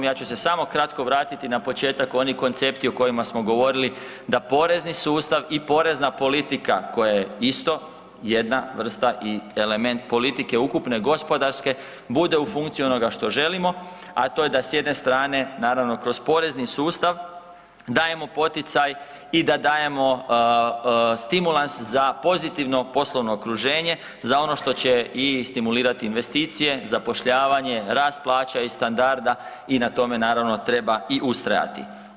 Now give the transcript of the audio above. Ja ću se samo kratko vrati na početak, oni koncepti o kojima smo govorili da porezni sustav i porezna politika koja je isto jedna vrsta i element politike ukupne gospodarske bude u funkciji onoga što želimo, a to je da s jedne strane naravno kroz porezni sustav dajemo poticaj i da dajemo stimulans za pozitivno poslovno okruženje za ono što će i stimulirati investicije, zapošljavanje, rast plaća i standarda i na tome naravno treba i ustrajati.